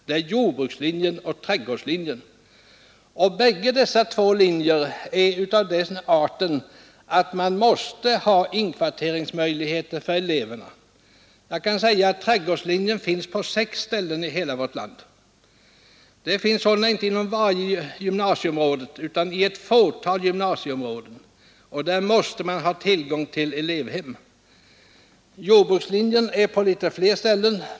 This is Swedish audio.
Det är jordbrukslinjen och trädgårdslinjen. Båda dessa linjer är av den arten att man där måste ha inkvarteringsmöjligheter för eleverna. Trädgårdslinjen finns på sex ställen i hela vårt land, således inte inom varje gymnasieområde utan i ett fåtal, och där måste man ha tillgång till elevhem. Jordbrukslinjen finns på några fler ställen.